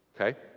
okay